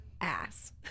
ass